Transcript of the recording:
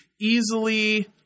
easily